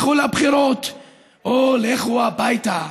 לכו לבחירות או לכו הביתה.